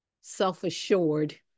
self-assured